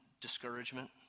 discouragement